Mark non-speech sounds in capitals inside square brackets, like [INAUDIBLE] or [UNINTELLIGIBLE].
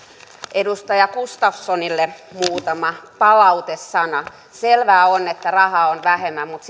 edustaja gustafssonille muutama palautesana selvää on että rahaa on vähemmän mutta [UNINTELLIGIBLE]